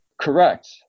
Correct